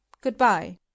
Good-bye